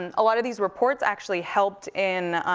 and a lot of these reports actually helped in,